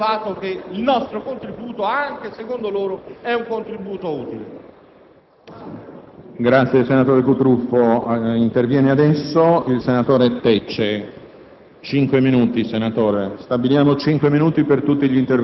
Deve concludere, senatore